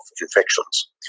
infections